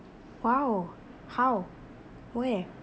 !wow! how where